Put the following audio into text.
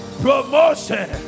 promotion